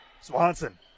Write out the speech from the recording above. Swanson